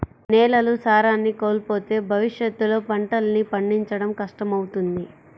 నేలలు సారాన్ని కోల్పోతే భవిష్యత్తులో పంటల్ని పండించడం కష్టమవుతుంది